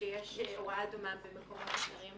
שיש הוראה דומה במקומות אחרים בעולם.